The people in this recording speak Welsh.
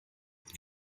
dydd